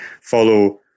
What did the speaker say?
follow